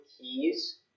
keys